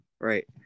Right